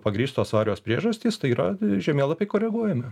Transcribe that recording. pagrįstos svarios priežastys tai yra žemėlapiai koreguojami